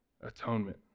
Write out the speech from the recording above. atonement